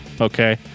okay